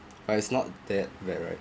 but it's not that bad right